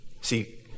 See